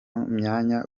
myanya